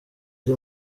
ari